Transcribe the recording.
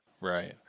right